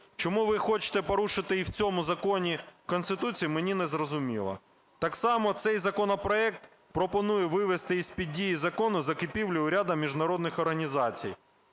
Чому ви хочете порушити і в цьому законі Конституцію, мені не зрозуміло. Так само цей законопроект пропоную вивести із-під дії закону закупівлю у ряду міжнародних організацій,